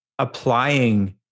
applying